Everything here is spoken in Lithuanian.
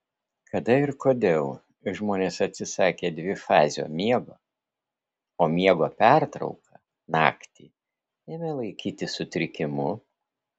kada ir kodėl žmonės atsisakė dvifazio miego o miego pertrauką naktį ėmė laikyti sutrikimu